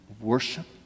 worship